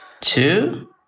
two